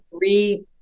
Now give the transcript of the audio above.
three